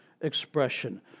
expression